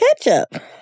ketchup